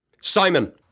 Simon